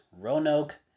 Roanoke